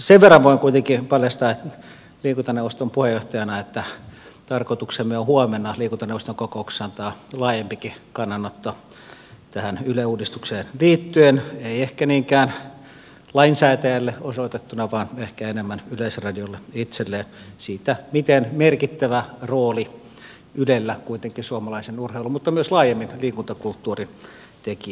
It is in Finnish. sen verran voin kuitenkin paljastaa liikuntaneuvoston puheenjohtajana että tarkoituksemme on huomenna liikuntaneuvoston kokouksessa antaa laajempikin kannanotto tähän yle uudistukseen liittyen ei ehkä niinkään lainsäätäjälle osoitettuna vaan ehkä enemmän yleisradiolle itselleen siitä miten merkittävä rooli ylellä kuitenkin suomalaisen urheilun mutta myös laajemmin liikuntakulttuurin tekijänä on